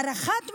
הערכת מסוכנות,